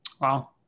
Wow